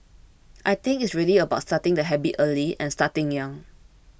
I think it's really about starting the habit early and starting young